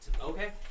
Okay